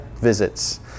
visits